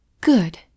Good